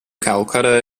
calcutta